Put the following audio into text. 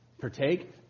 partake